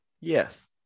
Yes